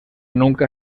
nunca